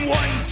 one